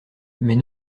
mais